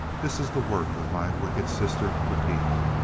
this is the work of my wicked sister latifa,